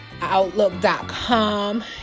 Outlook.com